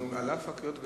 חבר הכנסת רותם,